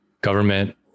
government